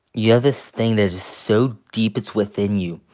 yeah this thing that is so deep, it's within you.